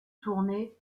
tournée